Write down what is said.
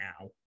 now